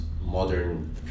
modern